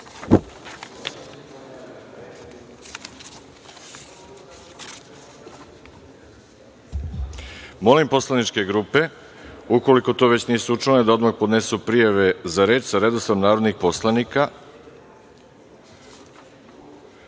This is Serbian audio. reda. Molim poslaničke grupe, ukoliko to već nisu učinile da odmah podnesu prijave za reč sa redosledom narodnih poslanika. Saglasno